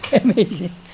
Amazing